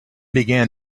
began